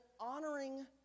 honoring